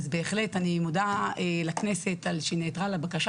בהחלט אני מודה לכנסת על שנעתרה לבקשה